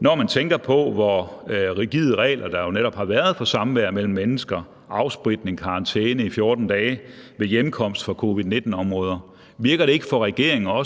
Når man tænker på, hvor rigide regler, der jo netop har været for samvær imellem mennesker – afspritning, karantæne i 14 dage ved hjemkomst fra covid-19-områder – virker det så ikke også på regeringen